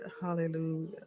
Hallelujah